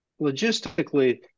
logistically